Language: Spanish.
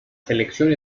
selección